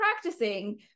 practicing